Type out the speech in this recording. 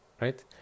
right